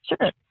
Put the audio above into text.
Sure